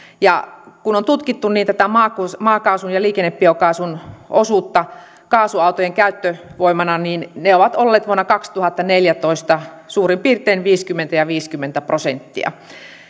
ja kun on tutkittu tätä maakaasun ja liikennebiokaasun osuutta kaasuautojen käyttövoimana niin ne ovat olleet vuonna kaksituhattaneljätoista suurin piirtein viisikymmentä ja viisikymmentä prosenttia